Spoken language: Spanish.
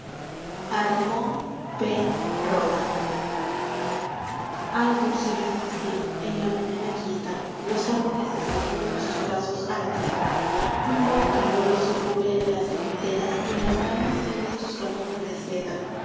bre de igi dulzura infantil a en la mañana quieta los árboles extienden sus brazos a la tierra un vaho tembloroso cubre las sementeras y las arañas tienden sus caminos de seda